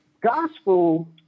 gospel